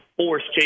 force